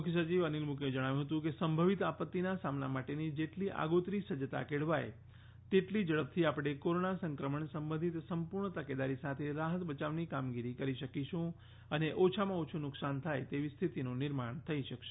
મુખ્યસચિવ અનીલ મુકીમે જણાવ્યુ હતુ કે સંભવિત આપત્તિના સામના માટેની જેટલી આગોતરી સજ્જતા કેળવાય તેટલી ઝડપથી આપણે કોરોના સંક્રમણ સંબધિત સંપૂર્ણ તકેદારી સાથે રાહત બચાવની કામગીરી કરી શકીશુ અને ઓછામાં ઓછું નૂકસાન થાય તેવી સ્થિતિનું નિર્માણ થઇ શકશે